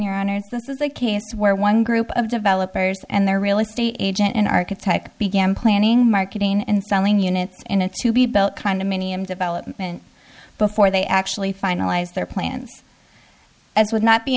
your honor this is a case where one group of developers and their real estate agent in archetype began planning marketing and selling units in a to be built condominium development before they actually finalized their plans as would not be